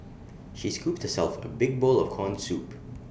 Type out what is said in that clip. she scooped self A big bowl of Corn Soup